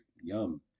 yum